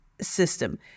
system